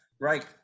right